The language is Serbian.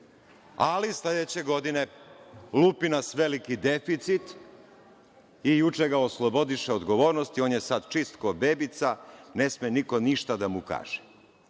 Sledeće godine lupi nas veliki deficit i juče ga oslobodiše od odgovornosti i on je sada čist kao bebica, ne sme niko ništa da mu